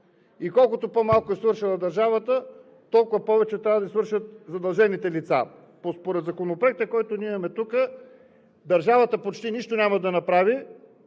Колкото по малко е свършила държавата, толкова повече трябва да свършат задължените лица. Според Законопроекта, който ние имаме тук, държавата почти нищо няма да направи,